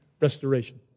restoration